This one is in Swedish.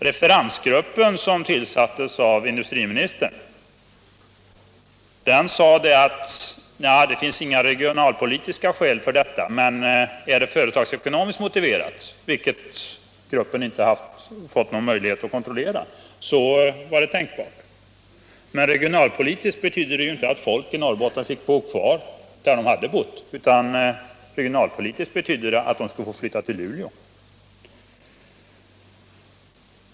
Referensgruppen, som tillsattes av industriministern, sade: Det finns inte några regionalpolitiska skäl, men om det är företagsekonomiskt motiverat —- vilket gruppen inte fått någon möjlighet att kontrollera — är det tänkbart. Men ett regionalpolitiskt beslut skulle ju inte ha betytt att människorna i Norrbotten skulle ha fått bo kvar, utan att de skulle ha blivit tvungna att flytta till Luleå.